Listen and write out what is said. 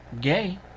gay